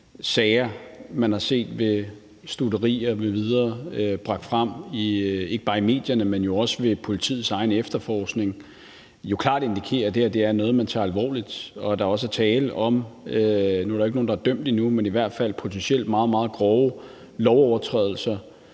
sager, man har set ved stutterier m.v. – bragt frem ikke bare af medierne, men jo også ved politiets egen efterforskning – jo klart indikerer, at det her er noget, man tager alvorligt, og at der også, selv om der jo ikke er nogen, der er dømt endnu, potentielt er tale om meget, meget grove lovovertrædelser,